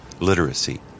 literacy